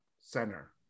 center